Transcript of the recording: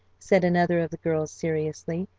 said another of the girls seriously,